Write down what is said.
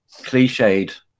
cliched